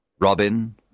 Robin